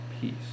peace